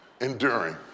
enduring